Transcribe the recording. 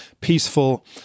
peaceful